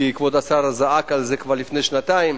כי כבוד השר זעק על זה כבר לפני שנתיים,